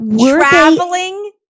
Traveling